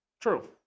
True